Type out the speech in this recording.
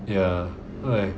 ya right